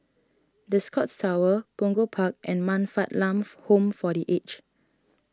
the Scotts Tower Punggol Park and Man Fatt Lam Foo Home for the Aged